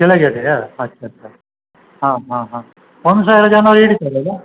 ಕೆಳಗಿದೆಯ ಅಚ್ಚ ಅಚ್ಚ ಹಾಂ ಹಾಂ ಹಾಂ ಒಂದು ಸಾವಿರ ಜನ ಹಿಡೀತದಲ್ಲ